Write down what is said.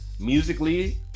musically